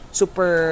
super